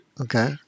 Okay